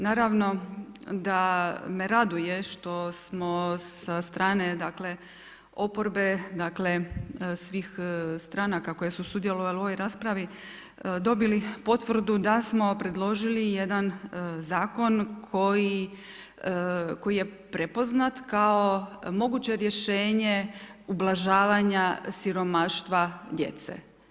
Naravno da me raduje, što smo sa strane oporbe, dakle, svih stranaka koje su sudjelovali u ovoj raspravi, dobili potvrdu da smo predložili jedan zakon, koji je prepoznat kao moguće rješenje ublažavanja siromaštva djece.